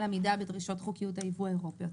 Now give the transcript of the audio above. עמידה בדרישות חוקיות הייבוא האירופיות.